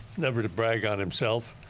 never to brag on himself.